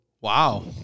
Wow